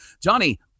Johnny